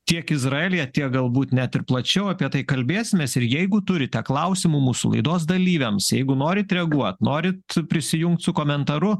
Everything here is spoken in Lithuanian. tiek izraelyje tiek galbūt net ir plačiau apie tai kalbėsimės ir jeigu turite klausimų mūsų laidos dalyviams jeigu norit reaguot norit prisijungt su komentaru